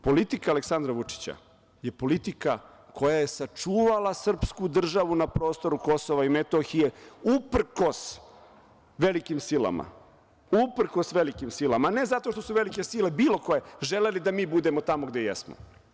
Politika Aleksandra Vučića je politika koja je sačuvala srpsku državu na prostoru KiM uprkos velikim silama, a ne zato što su velike sile, bilo koje, želeli da mi budemo tamo gde jesmo.